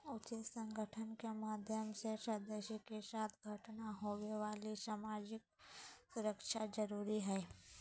उचित संगठन के माध्यम से सदस्य के साथ घटना होवे वाली सामाजिक सुरक्षा जरुरी हइ